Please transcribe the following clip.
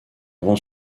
grand